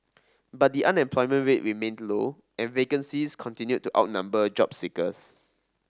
but the unemployment rate remained low and vacancies continued to outnumber job seekers